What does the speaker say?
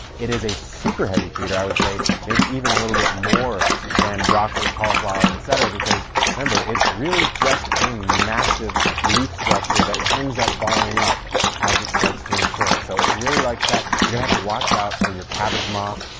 it is a super heavy feeder, i would say, maybe even a little bit more than broccoli, cauliflower, et cetera, because remember it's really just a massive leaf structure that ends up falling up as it starts to mature. so it really likes that. you're going to have to watch out for your cabbage moths,